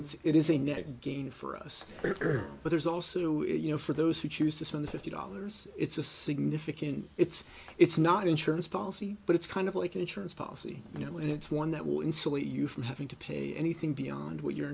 it's it is a net gain for us but there's also you know for those who choose to spend the fifty dollars it's a significant it's it's not insurance policy but it's kind of like an insurance policy you know and it's one that will insulate you from having to pay anything beyond what your